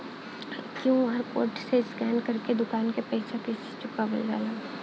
QR code से scan कर के दुकान के पैसा कैसे चुकावल जाला?